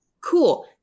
cool